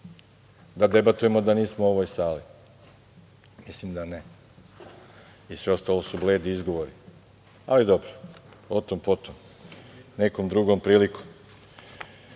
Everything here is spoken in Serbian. da debatujemo, a da nismo u ovoj sali. Mislim da ne. I sve ostalo su bledi izgovori. Ali dobro, o tom – potom, nekom drugom prilikom. Možda